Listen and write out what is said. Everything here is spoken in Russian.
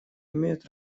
имеют